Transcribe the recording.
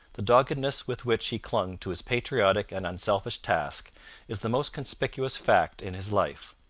the doggedness with which he clung to his patriotic and unselfish task is the most conspicuous fact in his life.